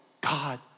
God